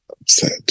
upset